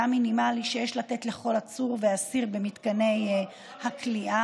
מינימלי שיש לתת לכל עצור ואסיר במתקני הכליאה.